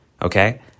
okay